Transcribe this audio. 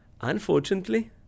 Unfortunately